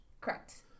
correct